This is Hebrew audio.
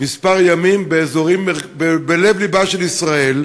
כמה ימים באזורים, בלב-לבה של ישראל.